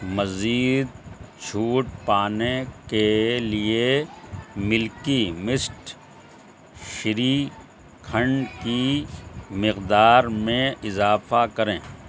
مزید چھوٹ پانے کے لیے ملکی مسٹ شری کھنڈ کی مقدار میں اضافہ کریں